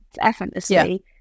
effortlessly